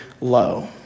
low